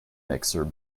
mixer